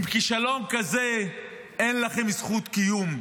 עם כישלון כזה אין לכם זכות קיום.